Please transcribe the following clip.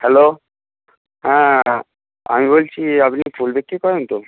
hello হ্যাঁ আমি বলছি আপনি ফুল বিক্রি করেন তো